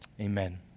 Amen